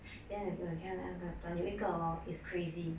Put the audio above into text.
then 我给你看那个 plant is crazy